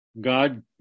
god